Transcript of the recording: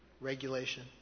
regulation